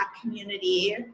community